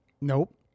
Nope